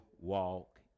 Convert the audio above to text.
walk